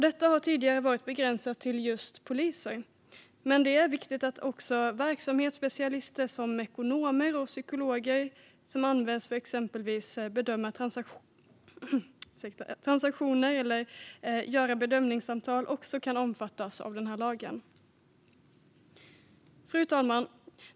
Detta har tidigare varit begränsat till just poliser, men det är viktigt att också verksamhetsspecialister som ekonomer och psykologer som används för att exempelvis bedöma transaktioner eller göra bedömningssamtal kan omfattas av den här lagen. Fru talman!